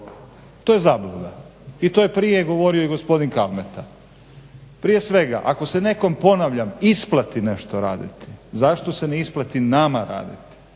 to je zabluda i to je prije govorio i gospodin Kalmeta. Prije svega, ako se nekom ponavljam isplati nešto raditi zašto se ne isplati nama raditi?